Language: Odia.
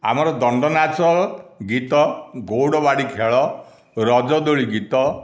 ଆମର ଦଣ୍ଡନାଚ ଗୀତ ଗୌଡ଼ବାଡ଼ି ଖେଳ ରଜଦୋଳି ଗୀତ